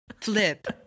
Flip